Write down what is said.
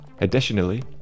Additionally